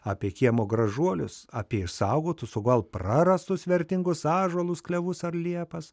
apie kiemo gražuolius apie išsaugotus o gal prarastus vertingus ąžuolus klevus ar liepas